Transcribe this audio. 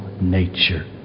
nature